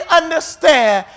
understand